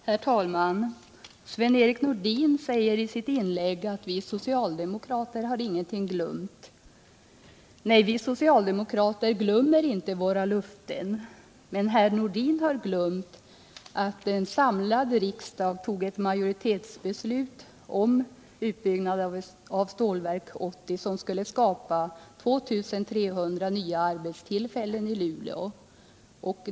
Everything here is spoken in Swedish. Herr talman! Sven-Erik Nordin säger i sitt inlägg att vi socialdemokrater har ingenting glömt. Nej, vi socialdemokrater glömmer inte våra löften. Men herr Nordin har glömt att en samlad riksdag tog ett majoritetsbeslut om utbyggnad av Stålverk 80, som skulle skapa 2 300 nya arbetstillfällen i Luleå.